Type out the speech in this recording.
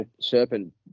serpent